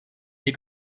hier